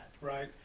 right